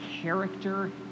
character